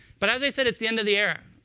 but as i said, it's the end of the era.